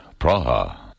Praha